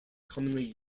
commonly